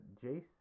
jason